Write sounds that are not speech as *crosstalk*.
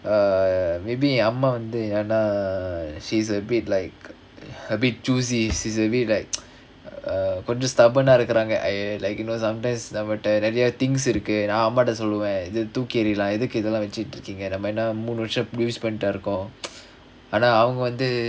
err maybe என் அம்மா வந்து ஏனா:en ammaa vanthu yaenaa she's a bit like a bit choosy she's a bit like *noise* like a கொஞ்ச:konja stubborn ah இருக்குறாங்க:irukkuraanga like you know sometimes நம்மட்ட நிறையா:nammatta niraiyaa things இருக்கு நா அம்மாட்ட சொல்லுவேன் இது தூக்கி எறியலாம் எதுக்கு இதெல்லாம் வெச்சுட்டு இருக்கீங்க நம்ம என்ன மூணு வருஷம்:irukku naa ammatta solluvaen ithu thookki eriyalaam ethukku ithellaam vechukittu irukkeenga namma enna moonu varusham use பண்ட்டா இருக்கோம் ஆனா அவங்க வந்து:panttaa irukkom aanaa avanga vanthu